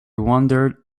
wondered